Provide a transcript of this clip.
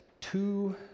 two